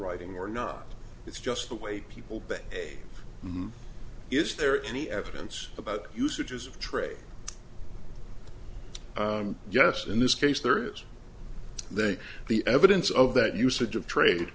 writing or not it's just the way people behave is there any evidence about usages of trade yes in this case there is they the evidence of that usage of trade